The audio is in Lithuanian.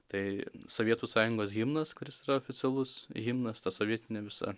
tai sovietų sąjungos himnas kuris yra oficialus himnas ta sovietinė visa